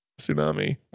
Tsunami